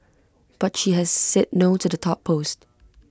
but she has said no to the top post